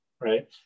right